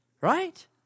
right